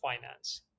Finance